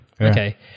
Okay